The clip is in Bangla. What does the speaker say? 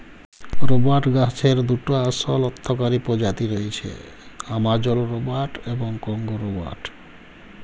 রবাট গাহাচের দুটা আসল অথ্থকারি পজাতি রঁয়েছে, আমাজল রবাট এবং কংগো রবাট